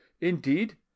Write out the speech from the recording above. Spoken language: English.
Indeed